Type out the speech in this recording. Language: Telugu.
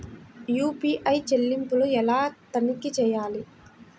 యూ.పీ.ఐ చెల్లింపులు ఎలా తనిఖీ చేయాలి?